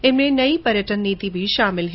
जिसमें पर्यटन नीति भी शामिल है